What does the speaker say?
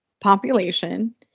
population